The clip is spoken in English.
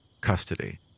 custody